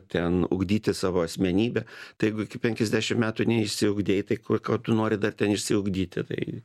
ten ugdyti savo asmenybę tai jeigu iki penkiasdešim metų neišsiugdei tai ko ko tu nori dar ten išsiugdyti tai